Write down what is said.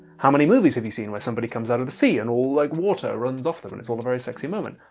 how many movies have you seen where somebody comes out of the sea and all like water runs off them and it's all a very sexy moment?